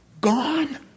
gone